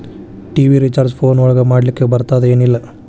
TV recharge phone ಒಳಗ ಮಾಡ್ಲಿಕ್ ಬರ್ತಾದ ಏನ್ ಇಲ್ಲ?